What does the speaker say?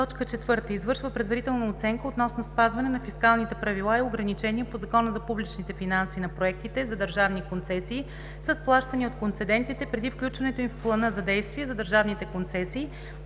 концесии; 4. извършва предварителна оценка относно спазване на фискалните правила и ограничения по Закона за публичните финанси на проектите за държавни концесии с плащания от концедентите преди включването им в плана за действие за държавните концесии,